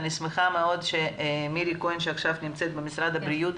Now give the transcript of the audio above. אני שמחה מאוד שמירי כהן שעכשיו נמצאת במשרד הבריאות,